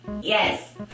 Yes